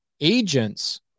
Agents